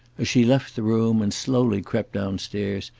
as she left the room, and slowly crept down-stairs,